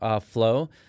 flow